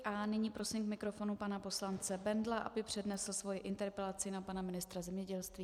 A nyní prosím k mikrofonu pana poslance Bendla, aby přednesl svoji interpelaci na pana ministra zemědělství.